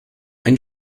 ein